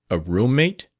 a roommate?